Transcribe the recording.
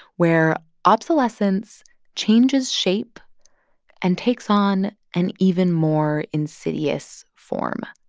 where obsolescence changes shape and takes on an even more insidious form